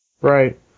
Right